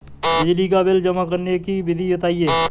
बिजली का बिल जमा करने की विधि बताइए?